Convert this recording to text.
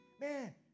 Man